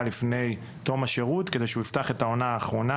לפני תום השירות כדי שהוא יפתח את השנה האחרונה.